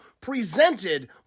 presented